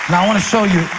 i want to show you.